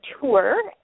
tour